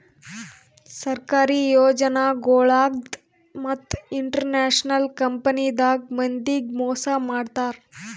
ಸರ್ಕಾರಿ ಯೋಜನಾಗೊಳ್ದಾಗ್ ಮತ್ತ್ ಇನ್ಶೂರೆನ್ಸ್ ಕಂಪನಿದಾಗ್ ಮಂದಿಗ್ ಮೋಸ್ ಮಾಡ್ತರ್